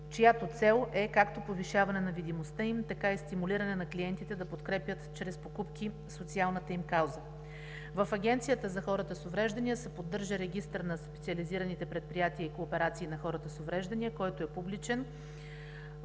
чиято цел е както повишаване на видимостта им, така и стимулиране на клиентите да подкрепят чрез покупки социалната им кауза. В Агенцията за хората с увреждания се поддържа регистър на специализираните предприятия и кооперации на хората с увреждания, който е публичен.